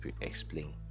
explain